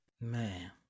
Man